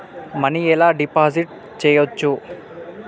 Money ఎలా deposit చేయచ్చు?